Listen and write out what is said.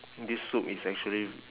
this soup is actually